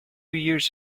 years